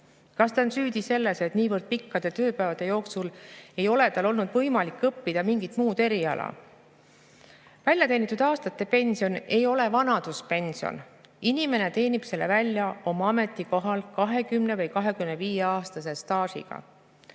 Kas ta on süüdi selles, et niivõrd pikkade tööpäevade jooksul ei ole tal olnud võimalik õppida mingit muud eriala? Väljateenitud aastate pension ei ole vanaduspension, inimene teenib selle välja oma ametikohal 20‑ või 25‑aastase staažiga.